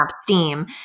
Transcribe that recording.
steam